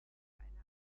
eine